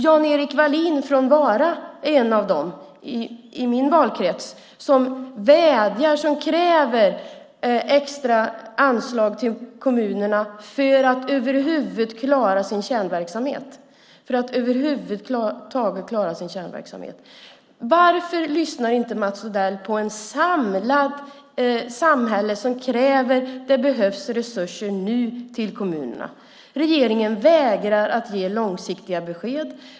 Jan-Erik Wallin från Vara är en av dem i min valkrets som kräver extra anslag till kommunerna för att de över huvud taget ska klara sin kärnverksamhet. Varför lyssnar inte Mats Odell på ett samlat samhälle som ställer krav på resurser nu till kommunerna? Regeringen vägrar att ge långsiktiga besked.